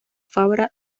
fabra